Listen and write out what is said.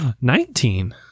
Nineteen